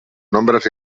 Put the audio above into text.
nombres